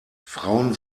frauen